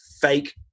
fake